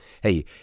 Hey